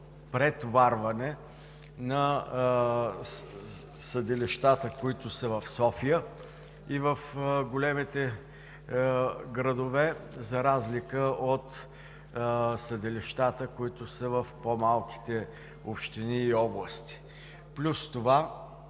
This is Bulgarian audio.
претоварване на съдилищата, които са в София и в големите градове, за разлика от съдилищата, които са в по-малките общини и области. Плюс това